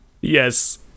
Yes